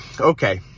okay